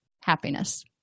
happiness